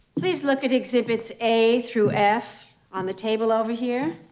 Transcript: please look at exhibits a through f on the table over here.